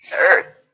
earth